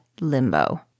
Limbo